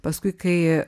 paskui kai